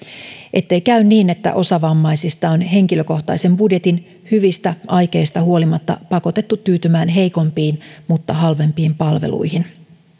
ettei käy niin että osa vammaisista on henkilökohtaisen budjetin hyvistä aikeista huolimatta pakotettu tyytymään heikompiin ja halvempiin palveluihin